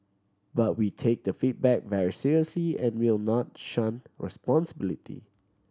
but we take the feedback very seriously and we will not shun responsibility